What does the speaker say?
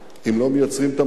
אם לא מייצרים את המשאבים,